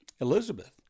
Elizabeth